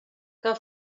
que